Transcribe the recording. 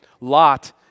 Lot